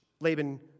Laban